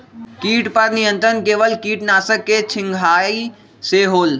किट पर नियंत्रण केवल किटनाशक के छिंगहाई से होल?